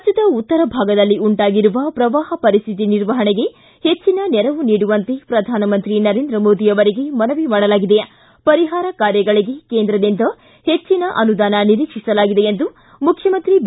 ರಾಜ್ಞದ ಉತ್ತರ ಭಾಗದಲ್ಲಿ ಉಂಟಾಗಿರುವ ಪ್ರವಾಹ ಪರಿಸ್ವಿತಿ ನಿರ್ವಹಣೆಗೆ ಹೆಚ್ಚನ ನೆರವು ನೀಡುವಂತೆ ಪ್ರಧಾನಮಂತ್ರಿ ನರೇಂದ್ರ ಮೋದಿ ಅವರಿಗೆ ಮನವಿ ಮಾಡಲಾಗಿದೆ ಪರಿಹಾರ ಕಾರ್ಯಗಳಿಗೆ ಕೇಂದ್ರದಿಂದ ಹೆಚ್ಚಿನ ಅನುದಾನ ನಿರೀಕ್ಷಿಸಲಾಗಿದೆ ಎಂದು ಮುಖ್ಯಮಂತ್ರಿ ಬಿ